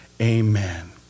amen